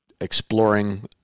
exploring